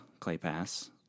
Claypass